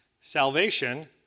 Salvation